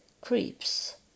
creeps